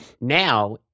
now